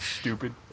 stupid